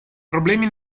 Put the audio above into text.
problemi